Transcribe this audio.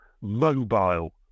mobile